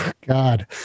god